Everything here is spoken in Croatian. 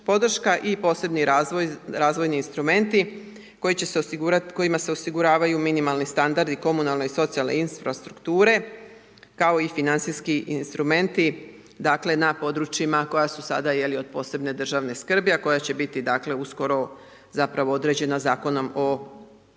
i posebni razvoj, razvojni instrumenti kojima se osiguravaju minimalni standardi, komunalne i socijalne infrastrukture kao i financijski instrumenti, dakle na područjima koja su sada od posebne državne skrbi a koja će biti dakle uskoro zapravo